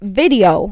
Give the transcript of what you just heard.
video